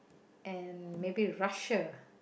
and maybe Russia